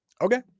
Okay